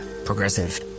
Progressive